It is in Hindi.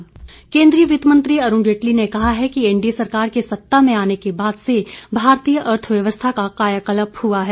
जेटली केंद्रीय वित्त मंत्री अरूण जेटली ने कहा है कि एनडीए सरकार के सत्ता में आने के बाद से भारतीय अर्थव्यवस्था का कायाकल्प हुआ है